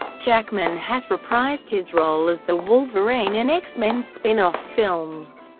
jackman has reprised his role as the wolverine in x-men spin-off films.